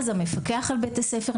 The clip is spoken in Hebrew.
המפקח על בתי ספר,